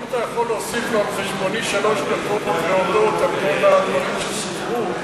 אם אתה יכול להוסיף לו על חשבוני שלוש דקות להודות על כל הדברים שסודרו,